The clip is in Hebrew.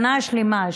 שנה שלמה,